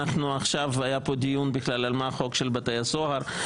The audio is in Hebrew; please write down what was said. עכשיו היה פה דיון על מה בכלל החוק של בתי הסוהר.